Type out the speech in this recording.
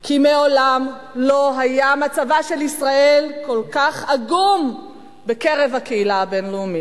כי מעולם לא היה מצבה של ישראל כל כך עגום בקרב הקהילה הבין-לאומית.